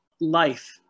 life